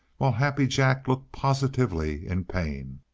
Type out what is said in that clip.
while happy jack looked positively in pain.